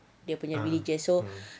dia punya religion so